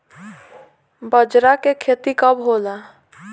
बजरा के खेती कब होला?